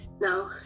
No